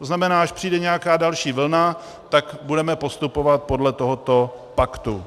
To znamená, až přijde nějaká další vlna, tak budeme postupovat podle tohoto paktu.